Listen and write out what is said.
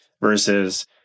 versus